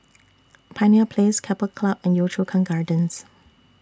Pioneer Place Keppel Club and Yio Chu Kang Gardens